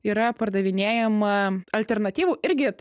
yra pardavinėjama alternatyvų irgi